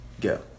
Go